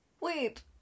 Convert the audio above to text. Wait